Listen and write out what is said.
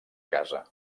casa